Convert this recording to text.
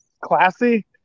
classy